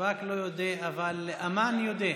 שב"כ לא יודה, אבל אמ"ן יודה.